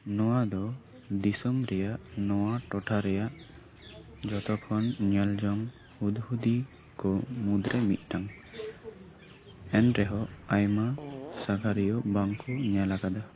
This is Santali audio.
ᱱᱚᱣᱟ ᱫᱚ ᱫᱤᱥᱚᱢ ᱨᱮᱭᱟᱜ ᱱᱚᱣᱟ ᱴᱚᱴᱷᱟ ᱨᱮᱭᱟᱜ ᱡᱚᱛᱚ ᱠᱷᱚᱱ ᱧᱮᱞᱡᱚᱝ ᱦᱩᱫᱽᱦᱩᱫᱤ ᱠᱚ ᱢᱩᱫᱽᱨᱮ ᱢᱤᱫᱴᱟᱝ ᱮᱱᱨᱮᱦᱚᱸ ᱟᱭᱢᱟ ᱥᱟᱸᱜᱷᱟᱨᱤᱭᱟᱹ ᱵᱟᱝ ᱠᱚ ᱧᱮᱞ ᱠᱟᱫᱟ